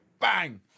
bang